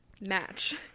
Match